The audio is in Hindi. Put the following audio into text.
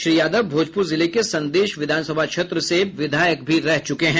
श्री यादव भोजपुर जिले के संदेश विधानसभा क्षेत्र से विधायक भी रह चुके हैं